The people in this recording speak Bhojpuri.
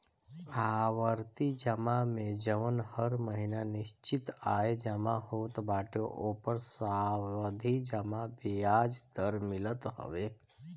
आवर्ती जमा में जवन हर महिना निश्चित आय जमा होत बाटे ओपर सावधि जमा बियाज दर मिलत हवे